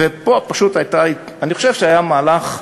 פה פשוט אני חושב שהיה מהלך,